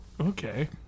Okay